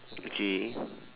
okay